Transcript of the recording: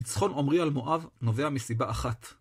ניצחון עומרי על מואב נובע מסיבה אחת.